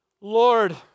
Lord